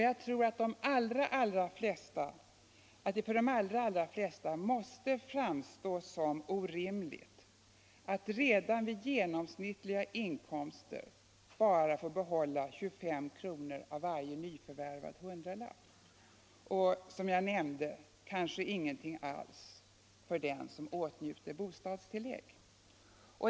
Jag tror att det för de allra flesta måste framstå som orimligt att redan vid genomsnittliga inkomster bara få behålla 25 kr. av varje nyförvärvad hundralapp och — som jag nämnde —- kanske inget alls för den som åtnjuter bostadstillägg.